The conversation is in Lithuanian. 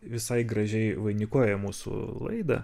visai gražiai vainikuoja mūsų laidą